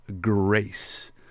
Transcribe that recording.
Grace